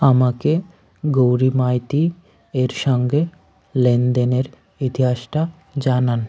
আমাকে গৌরী মাইতি এর সঙ্গে লেনদেনের ইতিহাসটা জানান